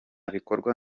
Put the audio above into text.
bikorwa